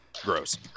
gross